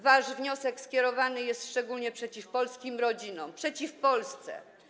Wasz wniosek skierowany jest szczególnie przeciw polskim rodzinom, przeciw Polsce.